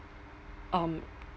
um